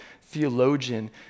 theologian